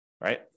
right